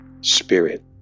spirit